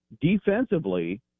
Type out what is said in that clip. defensively